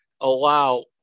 allow